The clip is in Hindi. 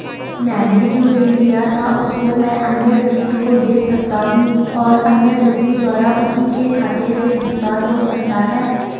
मैंने जो ऋण लिया था उसको मैं अन्य व्यक्ति को दें सकता हूँ और अन्य व्यक्ति द्वारा उसी के खाते से भुगतान हो सकता है?